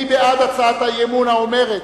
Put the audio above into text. מי בעד הצעת האי-אמון, האומרת: